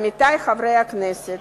עמיתי חברי הכנסת,